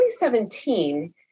2017